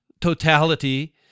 totality